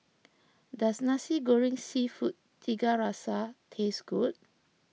does Nasi Goreng Seafood Tiga Rasa taste good